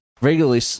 regularly